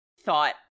thought